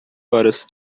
horas